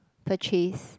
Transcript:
purchase